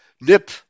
nip